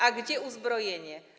A gdzie uzbrojenie?